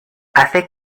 hace